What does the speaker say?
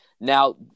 Now